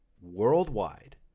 worldwide